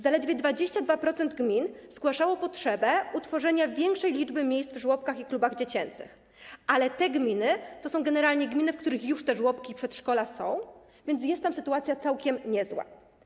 Zaledwie 22% gmin zgłaszało potrzebę utworzenia większej liczby miejsc w żłobkach i klubach dziecięcych, ale te gminy to są generalnie gminy, w których już te żłobki i przedszkola są, więc jest tam sytuacja całkiem niezła.